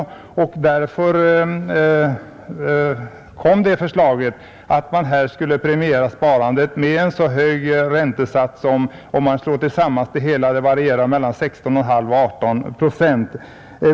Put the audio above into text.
Det var därför förslaget kom att man skulle premiera sparandet med en så hög ränta att den, om man slår tillsammans det hela, varierar mellan 16,5 och 18 procent.